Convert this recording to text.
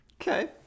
Okay